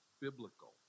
biblical